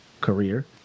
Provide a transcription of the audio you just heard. career